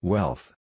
Wealth